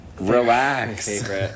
Relax